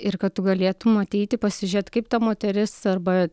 ir kad tu galėtum ateiti pasižiūrėt kaip ta moteris arba